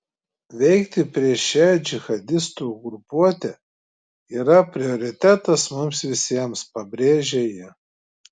veikti prieš šią džihadistų grupuotę yra prioritetas mums visiems pabrėžė ji